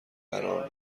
قرار